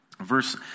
verse